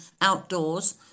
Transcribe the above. outdoors